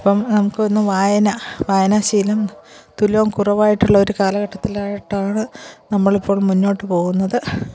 ഇപ്പം നമുക്കൊന്നും വായന വായനാശീലം തുലോം കുറവായിട്ടുള്ളൊരു കാലഘട്ടത്തിലോട്ടാണ് നമ്മളിപ്പം മുന്നോട്ടുപോകുന്നത്